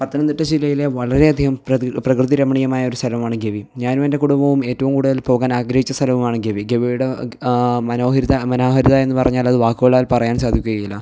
പത്തനംതിട്ട ജില്ലയിലെ വളരെ അധികം പ്രകൃതി രമണീയമായൊരു സ്ഥലമാണ് ഗവി ഞാനും എൻ്റെ കുടുംബവും ഏറ്റവും കൂടുതൽ പോകാനാഗ്രഹിച്ച സ്ഥലവുമാണ് ഗവി ഗവിയുടെ മനോഹാരിത മനോഹാരിതയെന്ന് പറഞ്ഞാലത് വാക്കുകളാൽ പറയാൻ സാധിക്കുകയില്ല